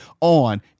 on